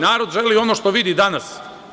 Narod želi ono što vidi danas.